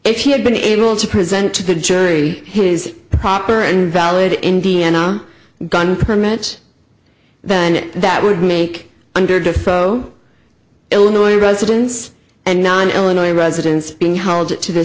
if he had been able to present to the jury his proper and valid indiana gun permit then it that would make under defoe illinois residents and non illinois residents being held it to the